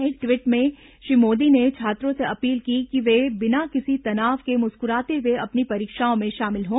एक ट्वीट में श्री मोदी ने छात्रों से अपील की कि वे बिना किसी तनाव के मुस्कुराते हुए अपनी परीक्षाओं में शामिल हों